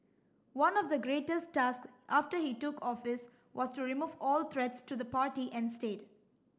one of the greatest task after he took office was to remove all threats to the party and state